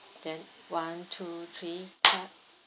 then one two three clap